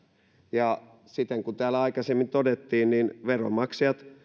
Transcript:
ja siten kuin täällä aikaisemmin todettiin veronmaksajat